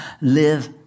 live